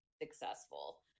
successful